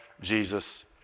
Jesus